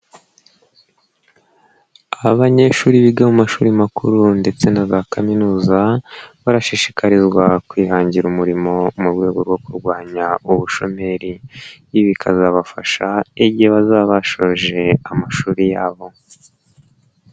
Aba banyeshuri biga mu mashuri makuru ndetse na za kaminuza, barashishikarizwa kwihangira umurimo mu rwego rwo kurwanya ubushomeri. Ibi bikazabafasha igihe baza bashoje amashuri yabo.